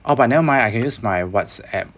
oh but never mind I can use my whatsapp